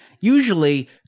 usually